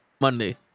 monday